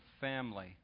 family